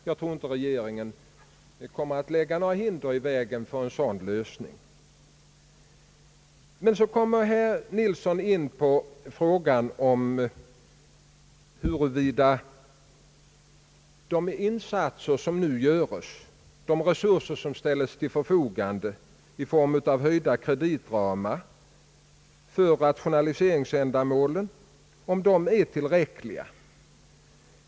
Jag tror inte regeringen kommer att lägga några hinder i vägen för en sådan lösning. Herr Nilsson kom in på frågan huruvida de insatser som nu görs, de resurser som ställs till förfogande i form av höjda kreditramar för rationaliseringsändamålen är tillräckliga.